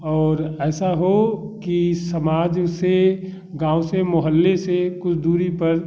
और ऐसा हो कि समाज से गाँव से मोहल्ले से कुछ दूरी पर